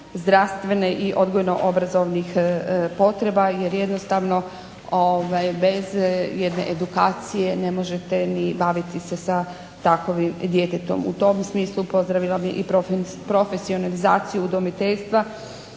zdravstvene i odgojno-obrazovnih potreba jer jednostavno bez jedne edukacije ne možete ni baviti se sa takvim djetetom. U tom smislu pozdravila bih i profesionalizaciju udomiteljstva